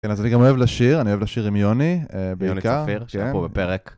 כן, אז אני גם אוהב לשיר, אני אוהב לשיר עם יוני, בעיקר. יוני צפיר, שהיה פה בפרק.